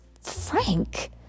Frank